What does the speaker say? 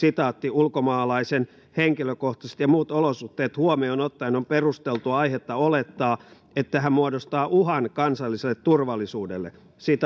ulkomaalaisen henkilökohtaiset ja muut olosuhteet huomioon ottaen on perusteltua aihetta olettaa että hän muodostaa uhkan kansalliselle turvallisuudelle